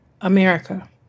America